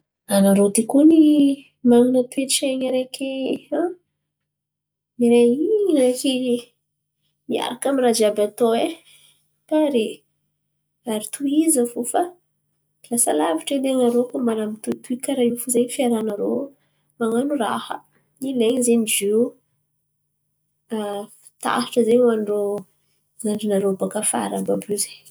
Anarô ty kony manan̈a toe-tsain̈y areky. Mira in̈y areky miaraka aminy raha jiàby atô e pare ary tohiza fo fa lasa lavitry edy anarô koa mbala mitohitohy karà in̈y fo zen̈y fiaràha narô man̈ano raha. Ilain̈y zen̈y ziô taratra zen̈y izo hoany zandry narô baka afara àby io zen̈y.